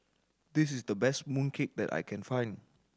this is the best mooncake that I can find